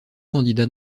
candidats